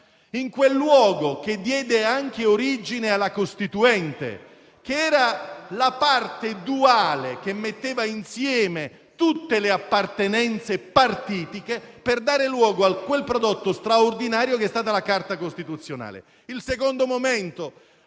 nel luogo che diede anche origine alla Costituente, che era la parte duale che metteva insieme tutte le appartenenze partitiche per dare luogo al prodotto straordinario che è stata la Carta costituzionale.